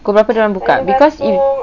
pukul berapa dia orang buka because if